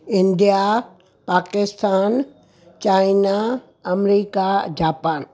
India Pakistan China America Japan